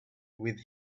with